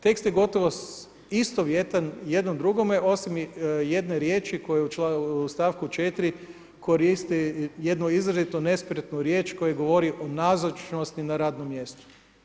Tekst je gotovo istovjetan jedno drugome osim jedne riječi koju u članku 4. koristi jednu izrazito nespretnu riječ koja govori o nazočnosti na radnom mjestu.